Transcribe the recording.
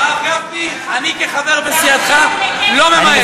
הרב גפני, אני כחבר בסיעתך, לא ממהר.